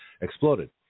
exploded